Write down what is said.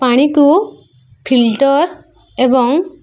ପାଣିକୁ ଫିଲ୍ଟର ଏବଂ